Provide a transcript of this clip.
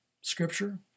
Scripture